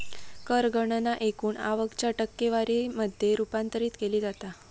कर गणना एकूण आवक च्या टक्केवारी मध्ये रूपांतरित केली जाता